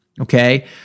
okay